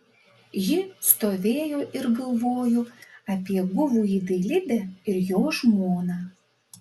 ji stovėjo ir galvojo apie guvųjį dailidę ir jo žmoną